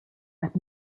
qed